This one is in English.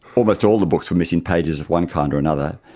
almost all the books were missing pages of one kind or another.